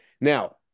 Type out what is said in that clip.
now